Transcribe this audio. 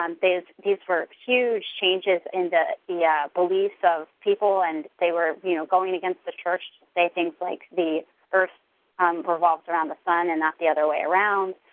um these these were huge changes in the yeah beliefs of people and they were you know going against the church, they think like the earth revolved around the sun and not the other way around,